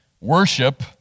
worship